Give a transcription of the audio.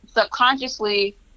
subconsciously